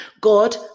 God